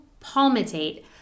palmitate